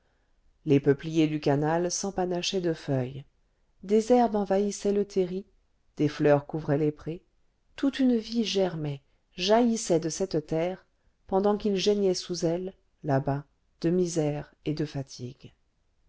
les peupliers du canal s'empanachaient de feuilles des herbes envahissaient le terri des fleurs couvraient les prés toute une vie germait jaillissait de cette terre pendant qu'il geignait sous elle là-bas de misère et de fatigue